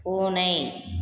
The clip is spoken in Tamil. பூனை